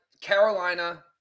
Carolina